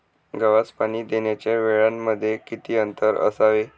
गव्हास पाणी देण्याच्या वेळांमध्ये किती अंतर असावे?